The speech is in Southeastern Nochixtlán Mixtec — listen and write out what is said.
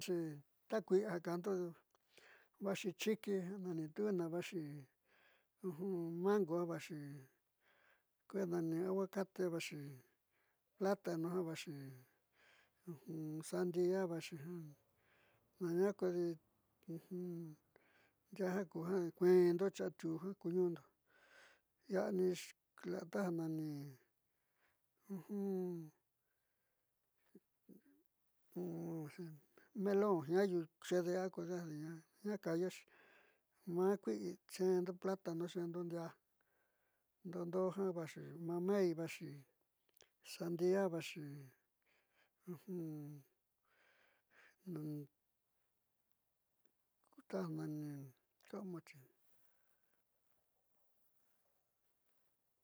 Chí takuia kando vaxhi chiki nani tuna vaxhi, ujun mango vaxhi vee nani aguacate vaxhi platano jan vaxhi ujun sandia ajan nania kudii ujun nria kujan kuendo chatojan nondo iani cliata nani ujun uchen melón, chea kodadi na kayaxhi maki yendo platano chendo kui'a, ndodojan vaxhi mamey vaxhi sandia vaxhi ujun, niun utan manin kamochin.